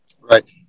Right